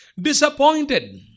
disappointed